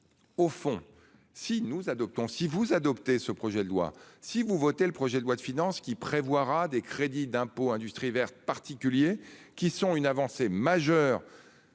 Au fond si nous adoptons si vous adopter ce projet de loi si vous votez. Le projet de loi de finances qui prévoira des crédits d'impôt industrie verte particulier qui sont une avancée majeure